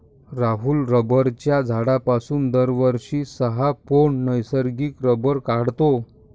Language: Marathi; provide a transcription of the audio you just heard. राहुल रबराच्या झाडापासून दरवर्षी सहा पौंड नैसर्गिक रबर काढतो